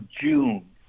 June